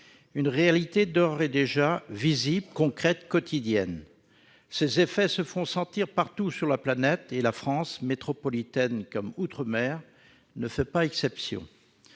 une réalité d'ores et déjà visible, concrète, quotidienne. Ses effets se font sentir partout sur la planète, et la France, en métropole comme outre-mer, ne fait pas exception.